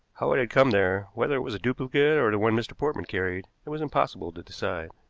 how it had come there, whether it was a duplicate or the one mr. portman carried, it was impossible to decide.